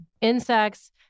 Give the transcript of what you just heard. insects